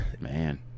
man